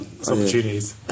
opportunities